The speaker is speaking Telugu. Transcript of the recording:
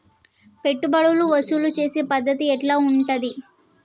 పెట్టుబడులు వసూలు చేసే పద్ధతి ఎట్లా ఉంటది?